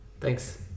thanks